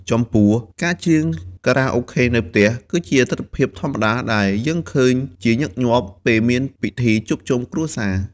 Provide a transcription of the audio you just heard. ចំពោះ ការច្រៀងខារ៉ាអូខេនៅផ្ទះ គឺជាទិដ្ឋភាពធម្មតាដែលយើងឃើញជាញឹកញាប់ ពេលមានពិធីជួបជុំគ្រួសារ។